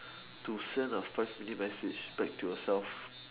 to send a five minute message back to yourself